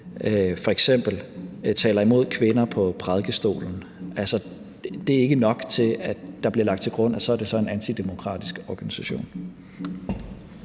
f.eks. taler imod kvinder på prædikestolen. Altså, det er ikke nok til, at der bliver lagt til grund, at det så er en antidemokratisk organisation.